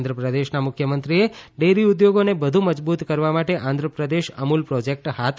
આંધ્રપ્રદેશના મુખ્યમંત્રીએ ડેરી ઉદ્યોગોને વધુ મજબૂત કરવા માટે આંધ્રપ્રદેશ અમુલ પ્રોજેક્ટ હાથ ધર્યો છે